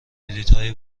بلیطهای